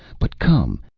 but come!